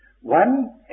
one